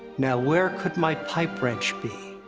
now where could my pipe wrench be?